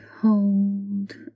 hold